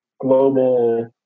global